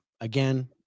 Again